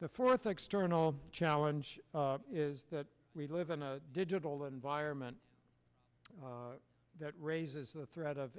the fourth external challenge is that we live in a digital environment that raises the threat of